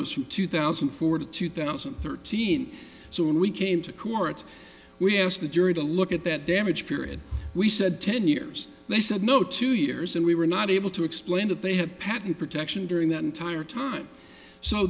to two thousand and four to two thousand and thirteen so when we came to court we asked the jury to look at that damage period we said ten years they said no two years and we were not able to explain that they had patent protection during that entire time so